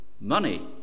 money